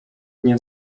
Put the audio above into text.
nie